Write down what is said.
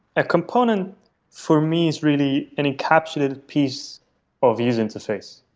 a component for me is really any capsulated piece of user interface,